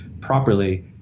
properly